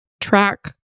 track